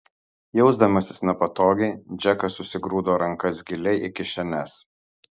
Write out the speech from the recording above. jausdamasis nepatogiai džekas susigrūdo rankas giliai į kišenes